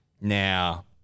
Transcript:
Now